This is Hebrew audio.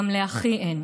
גם לאחי אין.